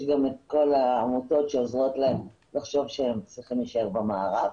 יש גם את כל העמותות שעוזרות להם שהם צריכים להישאר במערב.